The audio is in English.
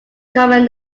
common